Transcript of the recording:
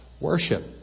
worship